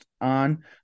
on